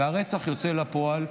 והרצח יוצא לפועל,